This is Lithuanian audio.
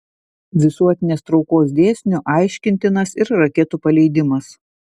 visuotinės traukos dėsniu aiškintinas ir raketų paleidimas